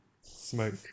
Smoke